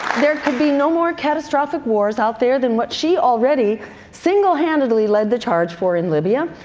there could be no more catastrophic wars out there than what she already single-handedly led the charge for in libya.